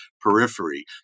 periphery